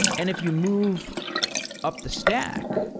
and if you move up the stack,